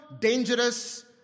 dangerous